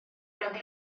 ganddi